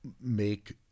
make